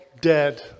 dead